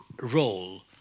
role